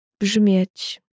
Brzmieć